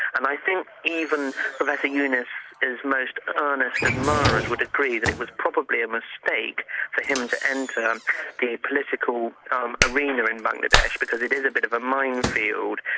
and i think even professor yunus' most earnest admirers would agree that it was probably a mistake for him to enter the political um arena in bangladesh because it is a bit of a minefield,